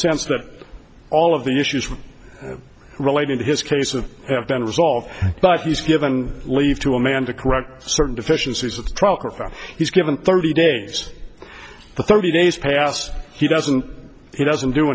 sense that all of the issues relating to his case of have been resolved but he's given leave to a man to correct certain deficiencies he's given thirty days thirty days pass he doesn't he doesn't do